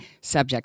subject